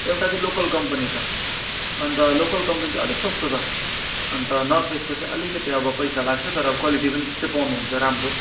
एउटा चाहिँ local company छ अन्त लोकल कम्पनी चाहिँ अलिक सस्तो छ अन्त नर्थ फेसको चाहिँ अलिकति अब पैसा लाग्छ तर अब क्वालिटी पनि त्यस्तै पाउनुहुन्छ राम्रो